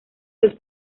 los